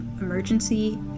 emergency